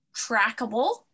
trackable